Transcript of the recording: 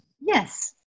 Yes